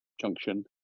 Junction